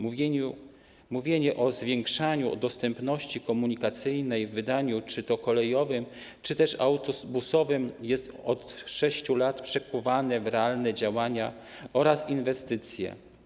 Mówienie o zwiększaniu dostępności komunikacyjnej w wydaniu czy to kolejowym, czy też autobusowym jest od 6 lat przekuwane w realne działania oraz inwestycje.